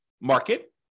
market